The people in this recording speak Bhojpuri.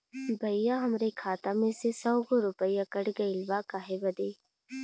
भईया हमरे खाता मे से सौ गो रूपया कट गइल बा काहे बदे?